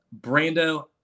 Brando